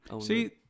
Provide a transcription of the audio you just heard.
See